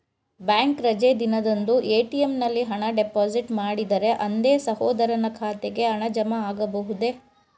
Bank ರಜೆ ದಿನದಂದು ATM ನಲ್ಲಿ ಹಣ ಡಿಪಾಸಿಟ್ ಮಾಡಿದರೆ ಅಂದೇ ಸಹೋದರನ ಖಾತೆಗೆ ಹಣ ಜಮಾ ಆಗಬಹುದೇ?